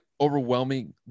overwhelmingly